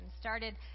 started